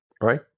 right